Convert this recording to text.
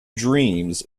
dreams